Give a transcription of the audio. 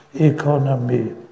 economy